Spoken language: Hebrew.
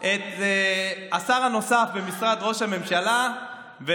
את השר הנוסף במשרד ראש הממשלה ואת